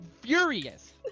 furious